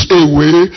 away